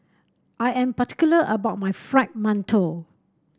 I am particular about my Fried Mantou